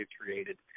created